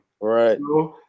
Right